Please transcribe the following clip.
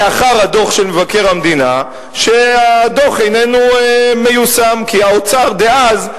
לאחר הדוח של מבקר המדינה שהדוח איננו מיושם כי האוצר דאז,